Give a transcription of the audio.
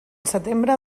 setembre